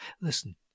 Listen